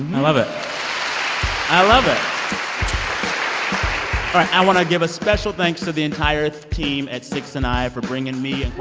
love it i love it i want to give a special thanks to the entire team at sixth and i for bringing me